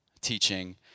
teaching